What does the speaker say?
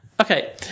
Okay